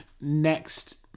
next